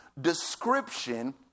description